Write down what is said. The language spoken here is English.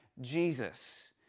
Jesus